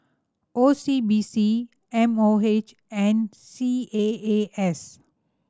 O C B C M O H and C A A S